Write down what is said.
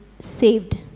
saved